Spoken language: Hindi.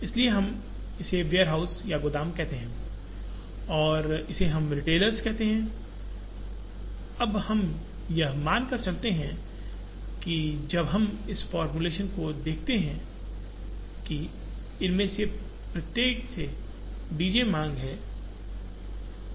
इसलिए हम इसे वेयरहाउस गोदाम कहते हैं और इसे हम रिटेलर्स कहते हैं अब हम यह मानकर चल रहे हैं जब हम इस फॉर्मूलेशन को देखते हैं कि इनमें से प्रत्येक से D j मांग है